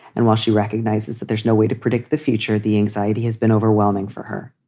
and while she recognizes that there's no way to predict the future, the anxiety has been overwhelming for her.